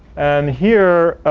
and here,